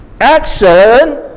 Action